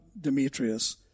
Demetrius